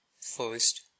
First